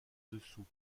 dessous